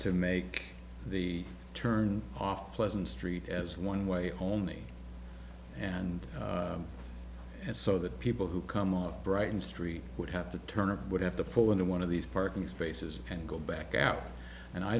to make the turn off pleasant street as one way only and so that people who come of brighton street would have to turn or would have to fall into one of these parking spaces and go back out and i